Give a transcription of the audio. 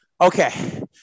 Okay